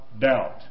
doubt